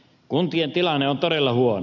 kuntien tilanne on todella huono